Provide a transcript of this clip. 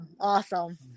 Awesome